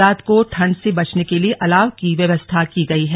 रात को ठंड से बचने के लिए अलाव की व्यवस्था की गई है